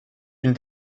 une